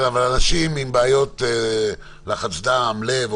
אבל מה לגבי אנשים עם חלילה בעיות לחץ דם ולב?